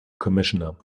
commissioner